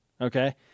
okay